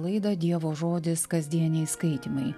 laidą dievo žodis kasdieniai skaitymai